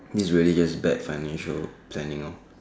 this is really just bad financial planning lor